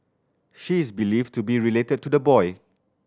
she is believed to be related to the boy